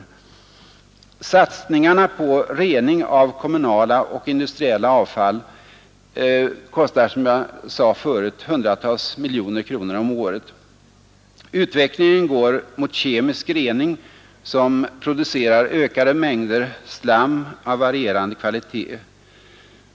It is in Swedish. Satsningarna på rening av kommunala och industriella avfall kostar, som jag sade förut, hundratals miljoner kronor om året. Utvecklingen går mot kemisk rening, som producerar ökade slammängder av varierande kvalitet.